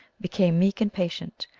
became meek and patient,